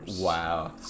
Wow